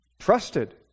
trusted